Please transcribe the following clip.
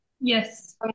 yes